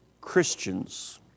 Christians